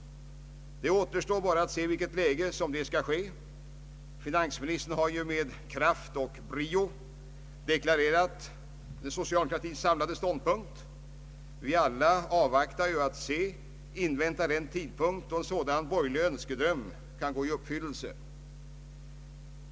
Det återstår bara att se i vilket läge detta skall ske. Finansministern har med kraft och brio deklarerat socialdemokratins samlade ståndpunkt. Vi inväntar alla den tidpunkt då en sådan borgerlig önskedröm kan gå i uppfyllelse.